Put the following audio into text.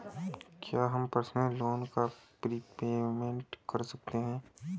क्या हम personal loan का प्रीपेमेंट कर सकते हैं?